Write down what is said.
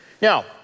Now